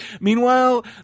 Meanwhile